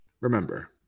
remember